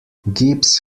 gibbs